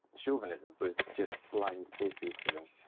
chauvinism was just blind patriotism.